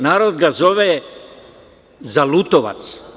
Narod ga zove – zalutovac.